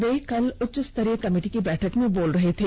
वे कल उच्चस्तरीय कमेटी की बैठक में बोल रहे थे